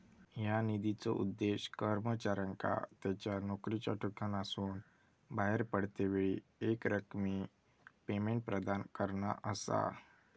ह्या निधीचो उद्देश कर्मचाऱ्यांका त्यांच्या नोकरीच्या ठिकाणासून बाहेर पडतेवेळी एकरकमी पेमेंट प्रदान करणा असा